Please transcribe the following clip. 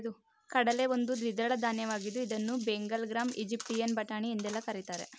ಕಡಲೆ ಒಂದು ದ್ವಿದಳ ಧಾನ್ಯವಾಗಿದ್ದು ಇದನ್ನು ಬೆಂಗಲ್ ಗ್ರಾಂ, ಈಜಿಪ್ಟಿಯನ್ ಬಟಾಣಿ ಎಂದೆಲ್ಲಾ ಕರಿತಾರೆ